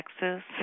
Texas